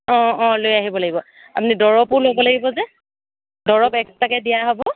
অঁ অঁ লৈ আহিব লাগিব আপুনি দৰৱো ল'ব লাগিব যে দৰৱ এক্সট্ৰাকৈ দিয়া হ'ব